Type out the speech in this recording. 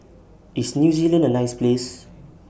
IS New Zealand A nice Place